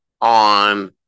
on